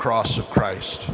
cross of christ